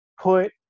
put